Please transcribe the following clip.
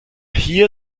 hier